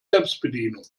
selbstbedienung